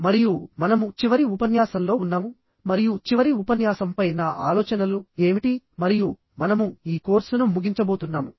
మరియు మనము చివరి ఉపన్యాసంలో ఉన్నాము మరియు చివరి ఉపన్యాసంపై నా ఆలోచనలు ఏమిటి మరియు మనము ఈ కోర్సును ముగించబోతున్నాము